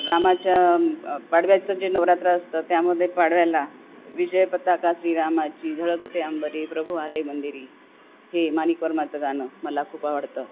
रामाच्या पाडव्याचं जे नवरात्र असतं त्यामध्ये पाडव्याला विजयपताका श्रीरामाची झळकते अंबरी प्रभु आले मंदिरी हे माणिक वर्माचं गाणं मला खूप आवडतं